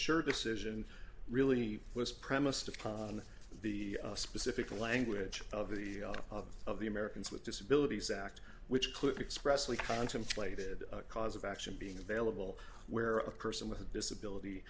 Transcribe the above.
shirt decision really was premised on the specific language of the of of the americans with disabilities act which clip expressly contemplated a cause of action being available where a person with a disability